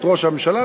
את ראש הממשלה,